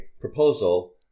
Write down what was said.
proposal